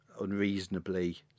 unreasonably